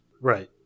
Right